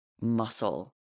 muscle